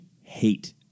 hate